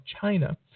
China